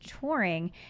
touring